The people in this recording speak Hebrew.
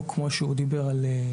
או של תאגידים.